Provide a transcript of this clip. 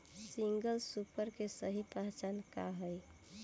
Single super के सही पहचान का हई?